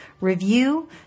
review